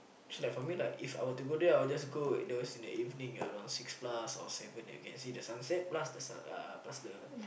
so like for me like If I were to go there I would just go those in the evening at around six plus or seven and you can see the sunset plus the sun uh plus the